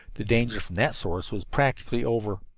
the danger from that source was practically over.